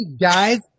Guys